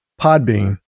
Podbean